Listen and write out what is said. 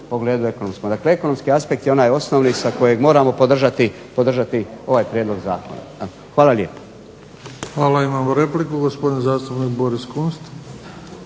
Hvala. Imamo repliku, gospodin zastupnik Boris Kunst.